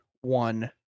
one